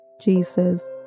Jesus